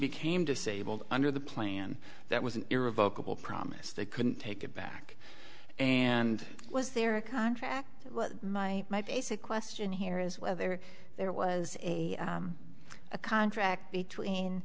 became disabled under the plan that was an irrevocable promise they couldn't take it back and was there a contract well my basic question here is whether there was a contract between